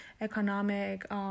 economic